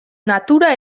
natura